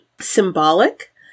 symbolic